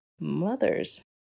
mothers